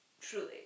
truly